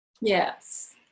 yes